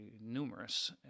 numerous